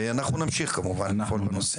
ואנחנו נמשיך כמובן לפעול בנושא.